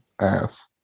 ass